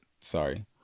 sorry